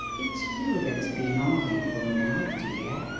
it's you that's bein' ongrateful now, dear!